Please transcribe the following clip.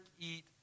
eat